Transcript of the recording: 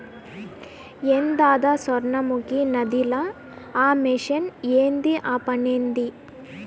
ఏందద సొర్ణముఖి నదిల ఆ మెషిన్ ఏంది ఆ పనేంది